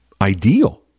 ideal